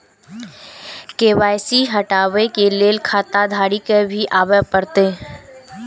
KYC हटाबै के लैल खाता धारी के भी आबे परतै?